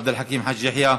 עבד אל חכים חאג' יחיא,